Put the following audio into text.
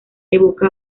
evoca